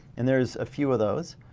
and there's a few of those.